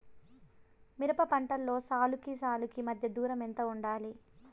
మిరప పంటలో సాలుకి సాలుకీ మధ్య దూరం ఎంత వుండాలి?